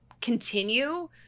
continue